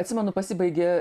atsimenu pasibaigė